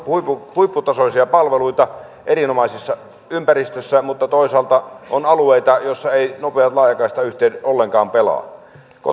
huipputasoisia palveluita erinomaisessa ympäristössä mutta toisaalta on alueita joilla eivät nopeat laajakaistayhteydet ollenkaan pelaa